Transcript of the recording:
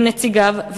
עם נציגיו,